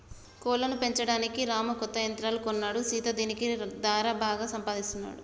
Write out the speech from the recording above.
కోళ్లను పెంచడానికి రాము కొత్త యంత్రాలు కొన్నాడు సీత దీని దారా బాగా సంపాదిస్తున్నాడు